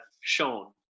shown